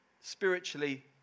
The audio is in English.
spiritually